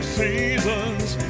seasons